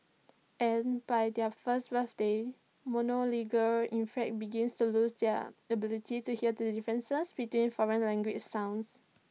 and by their first birthdays monolingual infants begin to lose their ability to hear the differences between foreign language sounds